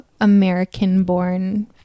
American-born